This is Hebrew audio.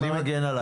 אני מגן עלייך.